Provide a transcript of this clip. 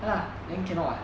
ya lah then cannot ah